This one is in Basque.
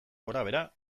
gorabehera